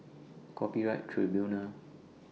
Copyright Tribunal